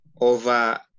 over